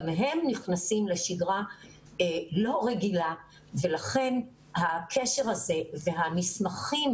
גם הם נכנסים לשגרה לא רגילה ולכן הקשר הזה והמסמכים